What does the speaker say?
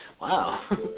wow